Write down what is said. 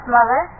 Mother